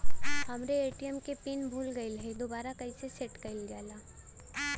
हमरे ए.टी.एम क पिन भूला गईलह दुबारा कईसे सेट कइलजाला?